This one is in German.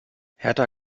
hertha